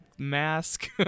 mask